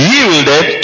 Yielded